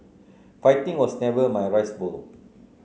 fighting was never my rice bowl